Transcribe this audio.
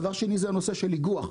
דבר שני זה הנושא של איגוח.